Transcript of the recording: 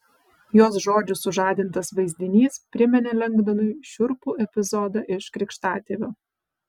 jos žodžių sužadintas vaizdinys priminė lengdonui šiurpų epizodą iš krikštatėvio